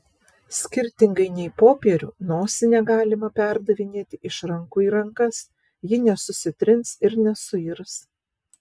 skirtingai nei popierių nosinę galima perdavinėti iš rankų į rankas ji nesusitrins ir nesuirs